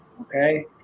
Okay